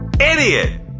Idiot